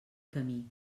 camí